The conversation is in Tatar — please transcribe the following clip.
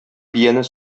бияне